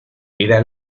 era